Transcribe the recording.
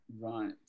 Right